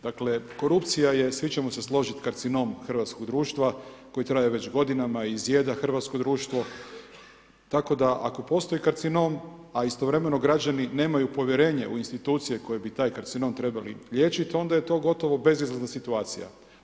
Dakle korupcija, svi ćemo se složiti karcinom hrvatskog društva koji traje već godinama i izjeda hrvatsko društvo, tako da ako postoji karcinom, a istovremeno građani nemaju povjerenje u institucije koje bi taj karcinom trebale liječiti, onda je to gotovo bezizlazna situacija.